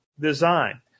design